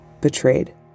Betrayed